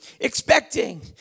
expecting